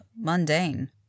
mundane